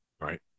Right